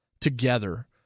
together